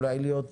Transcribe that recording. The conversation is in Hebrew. אולי להיות